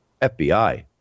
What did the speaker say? FBI